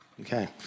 Okay